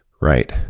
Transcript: right